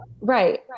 Right